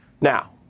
Now